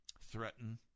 threaten